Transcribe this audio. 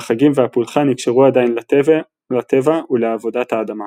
והחגים והפולחן נקשרו עדיין לטבע ולעבודת האדמה.